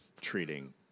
treating